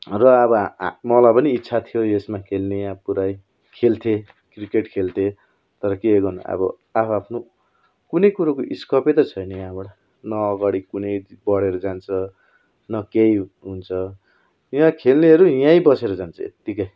र अब हा हा मलाई पनि इच्छा थियो यसमा खेल्ने अब पुरै खेल्थेँ क्रिकेट खेल्थेँ तर के गर्नु अब आफ् आफ्नो कुनै कुरोको स्कोपै त छैन यहाँबाट न अगाडि कुनै बडेर जान्छ न केही हुन्छ यहाँ खेल्नेहरू यहीँ बसेर जान्छ यत्तिकै